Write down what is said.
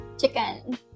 Chicken